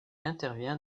intervient